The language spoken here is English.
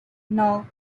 knoll